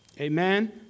Amen